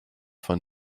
von